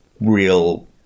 real